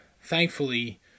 thankfully